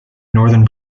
northern